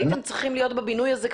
אבל הייתם צריכים להיות בבינוי הזה,